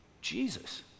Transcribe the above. Jesus